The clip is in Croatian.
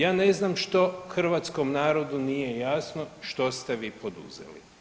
Ja ne znam što hrvatskom narodu nije jasno, što ste vi poduzeli.